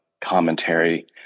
commentary